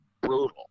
brutal